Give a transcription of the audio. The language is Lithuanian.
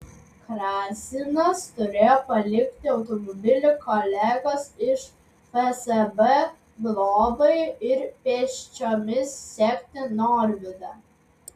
krasinas turėjo palikti automobilį kolegos iš fsb globai ir pėsčiomis sekti norvydą